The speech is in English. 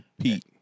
Pete